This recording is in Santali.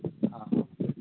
ᱦᱮᱸ